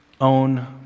own